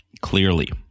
clearly